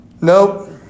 Nope